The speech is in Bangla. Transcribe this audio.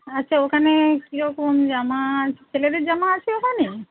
আচ্ছা ওখানে কীরকম জামা ছেলেদের জামা আছে ওখানে